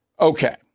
Okay